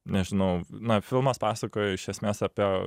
nežinau na filmas pasakoja iš esmės apie